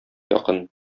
якын